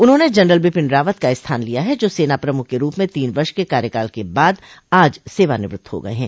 उन्होंने जनरल बिपिन रावत का स्थान लिया है जो सेना प्रमुख के रूप में तीन वर्ष के कार्यकाल के बाद आज सेवानिवृत्त हो गये ह